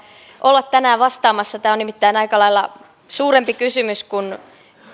olla tänään vastaamassa tämä on nimittäin aika lailla suurempi kysymys